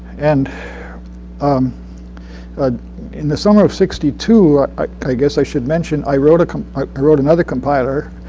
and um ah in the summer of sixty two, i i guess i should mention, i wrote i wrote another compiler.